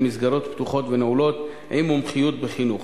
מסגרות פתוחות ונעולות עם מומחיות בחינוך,